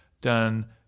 done